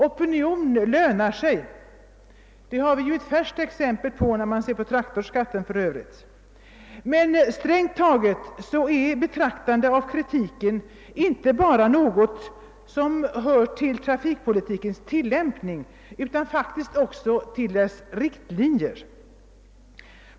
Opinion lönar sig — vi har ett färskt exempel i traktorskatten. Men strängt taget är beaktande av kritik inte något som bara hör till trafikpolitikens tilllämpning utan som faktiskt också hör till dess riktlinjer.